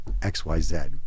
xyz